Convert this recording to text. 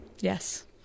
Yes